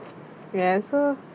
yes so